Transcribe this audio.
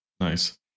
Nice